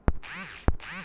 पाण्याची गती कशी असावी?